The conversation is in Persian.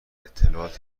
اطلاعاتی